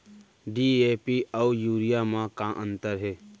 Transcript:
DAP अऊ urea म का अंतर हे?